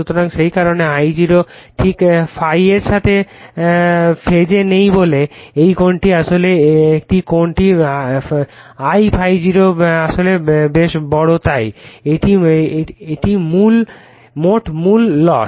সুতরাং সেই কারণেই I0 ঠিক ∅ এর সাথে ফেজে নেই তবে এই কোণটি আসলে এই কোণটি I∅0 আসলে বেশ বড় তাই এটি মোট মূল লস